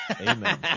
Amen